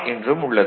என்றும் உள்ளது